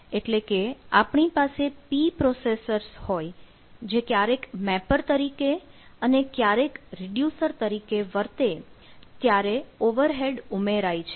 એટલે કે આપણી પાસે P પ્રોસેસર્સ હોય જે ક્યારેક મેપર તરીકે અને ક્યારેક રિડ્યુસર તરીકે વર્તે ત્યારે ઓવરહેડ ઉમેરાય છે